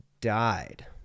died